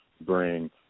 bring